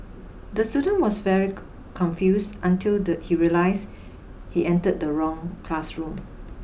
the student was very confused until the he realised he entered the wrong classroom